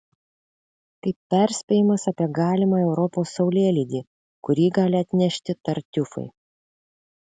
kaip perspėjimas apie galimą europos saulėlydį kurį gali atnešti tartiufai